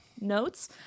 notes